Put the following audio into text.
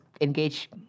Engage